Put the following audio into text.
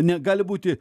negali būti